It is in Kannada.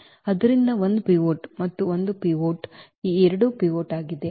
ಆದ್ದರಿಂದ 1 ಪಿವೋಟ್ ಮತ್ತು ಈ 1 ಪಿವೋಟ್ ಮತ್ತು ಈ 2 ಪಿವೋಟ್ ಆಗಿದೆ